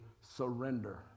surrender